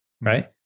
right